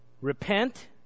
Repent